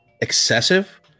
excessive